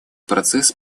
процесс